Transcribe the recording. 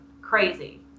crazy